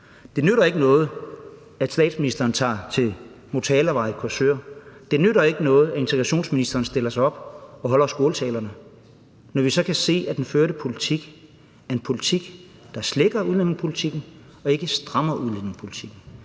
Det nytter ikke noget, at statsministeren tager til Motalavej i Korsør. Det nytter ikke noget, at integrationsministeren stiller sig op og holder skåltalerne, når vi så kan se, at den førte politik er en politik, der slækker udlændingepolitikken og ikke strammer udlændingepolitikken.